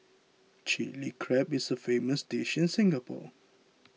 Chilli Crab is a famous dish in Singapore